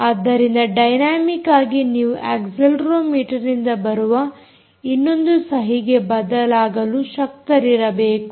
ಆದ್ದರಿಂದ ಡೈನಮಿಕ್ ಆಗಿ ನೀವು ಅಕ್ಸೆಲೆರೋಮೀಟರ್ನಿಂದ ಬರುವ ಇನ್ನೊಂದು ಸಹಿಗೆ ಬದಲಾಗಲು ಶಕ್ತರಿರಬೇಕು